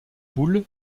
poule